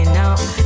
now